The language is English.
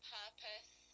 purpose